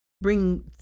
bring